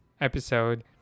episode